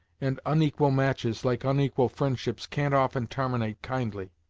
and onequal matches, like onequal fri'ndships can't often tarminate kindly.